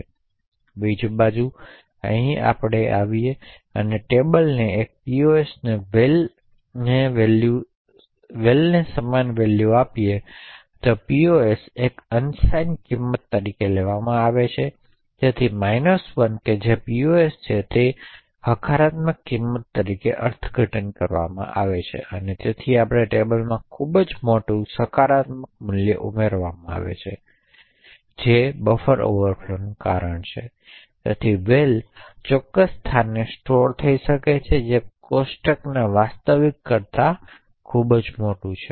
બીજી બાજુ જ્યારે આપણે અહીં આ નિવેદન પર આવીએ ટેબલ એક POS એ val ને સમાન હશે અહીં POS એક અનસાઇન કિંમત તરીકે લેવામાં આવે છે તેથી 1 જે POS છે તે હકારાત્મક કિંમત તરીકે અર્થઘટન કરવામાં આવે છે અને તેથી આપણે ટેબલમાં ખૂબ જ મોટું સકારાત્મક મૂલ્ય ઉમેરવામાં આવે છે જે બફર ઓવરફ્લોનું કારણ છે તેથી val ચોક્કસ સ્થાને સ્ટોર થઈ શકે છે જે કોષ્ટકના વાસ્તવિક કદ કરતા વધુ મોટું છે